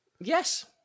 yes